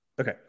Okay